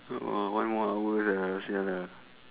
one more hour sia sia lah